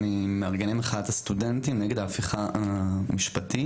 אני ממארגני מחאת הסטודנטים נגד ההפיכה המשפטית,